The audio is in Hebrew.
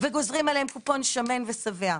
וגוזרים עליהם קופון שמן ושבע.